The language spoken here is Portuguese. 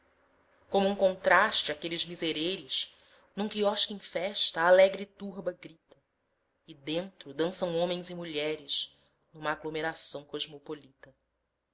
como um contraste àqueles mesereres num quiosque em festa alegre turba grita e dentro dançam homens e mulheres numa aglomeração cosmopolita